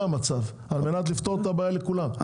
על מנת לפתור את הבעיה לכולם.